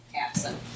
absent